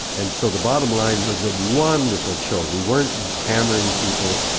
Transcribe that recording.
and so the bottom line was a wonderful show. we weren't hammering people,